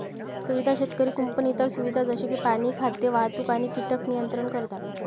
सुविधा शेतकरी कुंपण इतर सुविधा जसे की पाणी, खाद्य, वाहतूक आणि कीटक नियंत्रण करतात